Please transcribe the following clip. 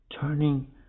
turning